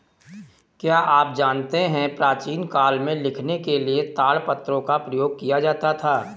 क्या आप जानते है प्राचीन काल में लिखने के लिए ताड़पत्रों का प्रयोग किया जाता था?